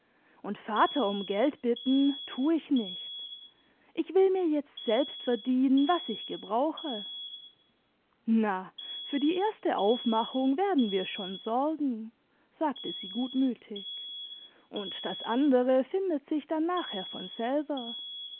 und vater um geld bitten tu ich nicht ich will mir jetzt selbst verdienen was ich gebrauche na für die erste aufmachimg werden wir schon sorgen sagte sie gutmütig und das andere findet sich dann nachher von selber